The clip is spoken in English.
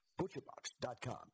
butcherbox.com